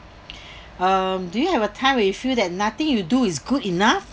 uh do you have a time when you feel that nothing you do is good enough